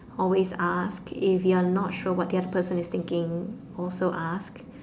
always ask if you're not sure what the other person is thinking also ask